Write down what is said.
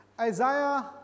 Isaiah